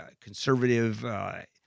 conservative